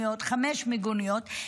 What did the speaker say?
חמש מיגוניות,